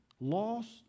lost